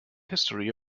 history